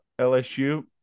LSU